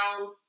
down